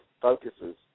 focuses